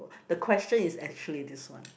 the question is actually this one